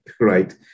right